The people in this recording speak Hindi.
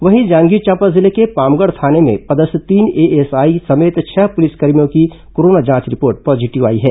वहीं जांजगीर चांपा जिले के पामगढ़ थाने में पदस्थ तीन एएसआई समेत छह पुलिसकर्मियों की कोरोना जांच रिपोर्ट पॉजीटिव आई है